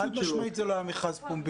חד משמעית זה לא היה מכרז פומבי.